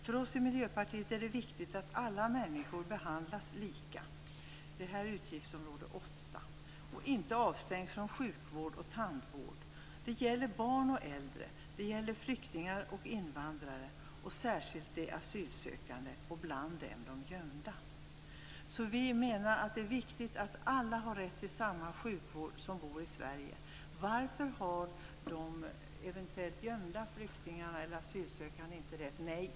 För oss i Miljöpartiet är det viktigt att alla människor behandlas lika och inte avstängs från sjukvård och tandvård. Det gäller barn och äldre, det gäller flyktingar och invandrare, särskilt de asylsökande och bland dem de gömda. Vi menar att det är viktigt att alla som bor i Sverige har rätt till samma sjukvård. Varför har de gömda flyktingarna eller asylsökande inte den rätten?